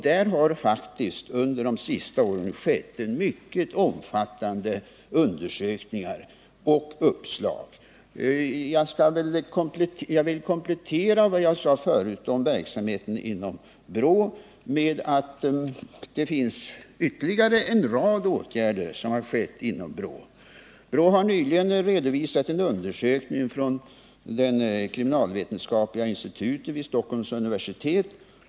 Där har faktiskt under de senaste åren företagits mycket omfattande undersökningar och kommit fram många uppslag. Jag vill komplettera vad jag sade förut om verksamheten inom BRÅ med att redogöra för ytterligare en rad åtgärder som BRÅ har vidtagit. BRÅ redovisade nyligen i rapporten 1978:1 en undersökning från det kriminalvetenskapliga institutet vid Stockholms universitet.